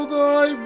thy